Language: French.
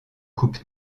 coupe